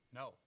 no